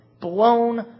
blown